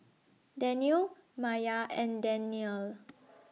Daniel Maya and Danial